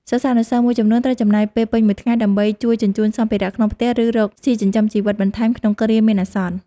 សិស្សានុសិស្សមួយចំនួនត្រូវចំណាយពេលពេញមួយថ្ងៃ ដើម្បីជួយជញ្ជូនសម្ភារៈក្នុងផ្ទះ ឬរកស៊ីចិញ្ចឹមជីវិតបន្ថែមក្នុងគ្រាមានអាសន្ន។